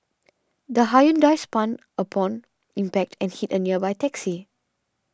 the Hyundai spun upon impact and hit a nearby taxi